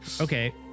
Okay